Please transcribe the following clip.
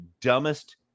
dumbest